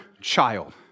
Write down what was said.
child